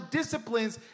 disciplines